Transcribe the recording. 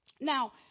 Now